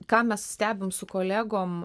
ką mes stebim su kolegom